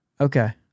okay